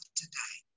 today